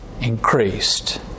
increased